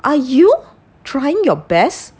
are you trying your best